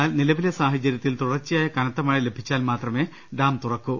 എന്നാൽ നിലവിലെ സാഹചര്യത്തിൽ തുടർച്ചയായി കനത്തമഴ ലഭിച്ചാൽ മാത്രമേ ഡാം തുറ ക്കു